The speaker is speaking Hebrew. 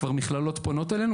כבר מכללות פונות אלינו,